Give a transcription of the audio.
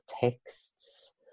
texts